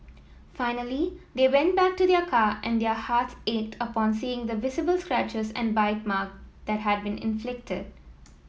finally they went back to their car and their hearts ached upon seeing the visible scratches and bite marks that had been inflicted